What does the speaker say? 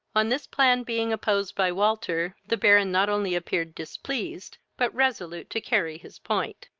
on this plan being opposed by walter, the baron not only appeared displeased, but resolute to carry his point.